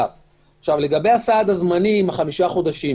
לגבי הסעד הזמני עם חמשת החודשים